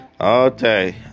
Okay